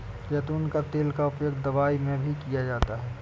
ज़ैतून का तेल का उपयोग दवाई में भी किया जाता है